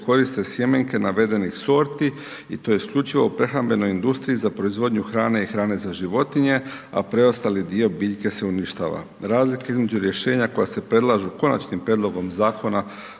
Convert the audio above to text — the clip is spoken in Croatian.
koriste sjemenke navedenih sorti i to isključivo u prehrambenoj industriji za proizvodnju hrane i hrane za životinje, a preostali dio biljke se uništava. Razlika između rješenja koja se predlažu konačnim prijedlogom zakona,